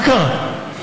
מה קרה?